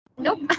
Nope